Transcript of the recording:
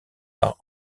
par